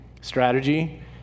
strategy